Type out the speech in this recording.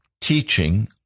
teaching